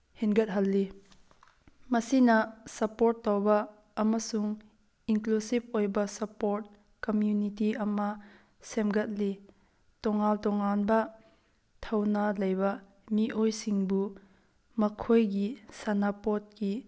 ꯍꯦꯟꯒꯠꯍꯜꯂꯤ ꯃꯁꯤꯅ ꯁꯞꯄꯣꯔꯠ ꯇꯧꯕ ꯑꯃꯁꯨꯡ ꯏꯟꯀ꯭ꯂꯨꯁꯤꯚ ꯑꯣꯏꯕ ꯁꯞꯄꯣꯔꯠ ꯀꯃꯨꯅꯤꯇꯤ ꯑꯃ ꯁꯦꯝꯒꯠꯂꯤ ꯇꯣꯉꯥꯟ ꯇꯣꯉꯥꯟꯕ ꯊꯧꯅꯥ ꯂꯩꯕ ꯃꯤꯑꯣꯏꯁꯤꯡꯕꯨ ꯃꯈꯣꯏꯒꯤ ꯁꯥꯟꯅꯄꯣꯠꯀꯤ